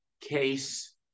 case